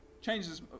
changes